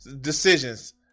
decisions